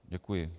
Děkuji.